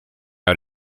out